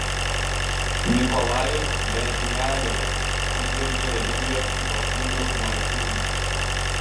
nikolajus berdiajevas įžvelgė religijos ypatybių marksizme